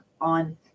on